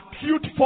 acute